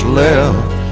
left